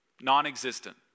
non-existent